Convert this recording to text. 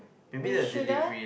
we shouldn't